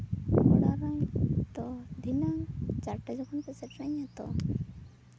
ᱛᱚ ᱫᱷᱤᱱᱟᱹᱝ ᱪᱟᱨᱴᱟ ᱡᱚᱠᱷᱚᱱᱯᱮ ᱥᱮᱴᱮᱨᱤᱧᱟ ᱛᱚ